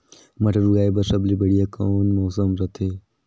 मटर उगाय बर सबले बढ़िया कौन मौसम रथे?